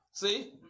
See